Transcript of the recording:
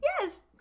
yes